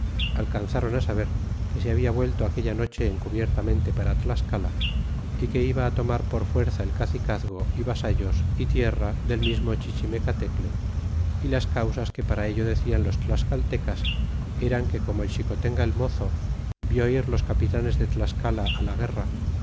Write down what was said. quedado aleanzron saber que se habia vuelto aquella noche encubiertamente para tlascala y que iba tomar por fuerza el cacicazgo é vasallos y tierra del mismo chichimecatecle y las causas que para ello decian los tlascaltecas eran que como el xicotenga el mozo vió ir los capitanes de tlascala á la guerra